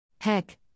Heck